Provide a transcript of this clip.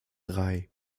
drei